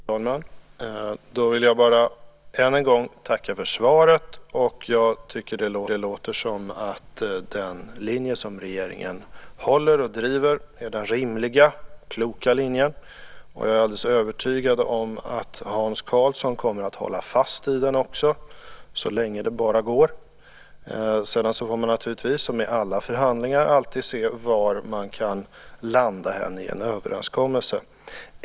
Fru talman! Då vill jag bara än en gång tacka för svaret. Jag tycker att det låter som om den linje som regeringen håller och driver är den rimliga, kloka linjen. Jag är alldeles övertygad om att Hans Karlsson kommer att hålla fast vid den också, så länge det bara går. Sedan får man naturligtvis, som i alla förhandlingar, alltid se var man kan landa i en överenskommelse.